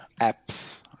apps